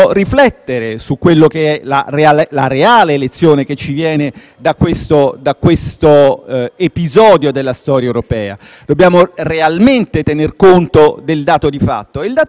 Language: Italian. da questo episodio della storia europea; dobbiamo realmente tener conto del dato di fatto che purtroppo l'Unione europea si rivela una volta di più